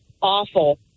awful